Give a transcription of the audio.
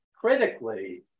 critically